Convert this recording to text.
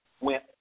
went